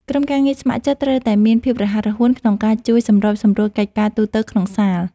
ក្រុមការងារស្ម័គ្រចិត្តត្រូវតែមានភាពរហ័សរហួនក្នុងការជួយសម្របសម្រួលកិច្ចការទូទៅក្នុងសាល។